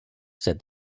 said